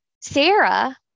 Sarah